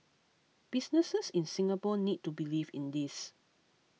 businesses in Singapore need to believe in this